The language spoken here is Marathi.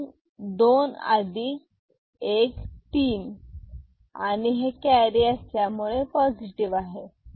म्हणून दोन अधिक एक तीन आणि हे कॅरी असल्यामुळे पॉझिटिव आहे